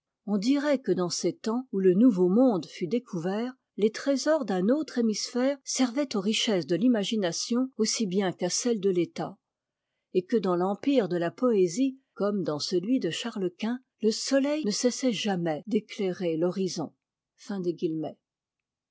on dirait que dans ces temps où le nouveau monde fut découvert les trésors d'un autre hémisphère servaient aux richesses de l'imagination aussi bien qu'à celles de l'état et que dans l'empire de la poésie comme dans celui de charles-quint le soleil ne cessait jamais d'éclairer l'horizon